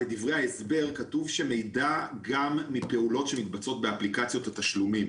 בדברי ההסבר כתוב שמידע גם מפעולות שמתבצעות באפליקציות התשלומים.